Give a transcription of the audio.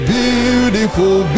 beautiful